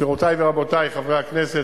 גבירותי ורבותי חברי הכנסת,